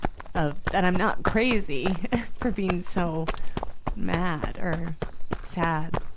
of, that i'm not crazy for being so mad or sad.